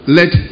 let